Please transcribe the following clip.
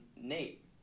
Nate